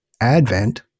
Advent